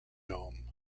dome